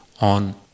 on